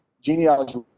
Genealogy